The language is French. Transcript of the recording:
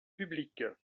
public